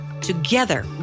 Together